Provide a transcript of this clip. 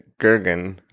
Gergen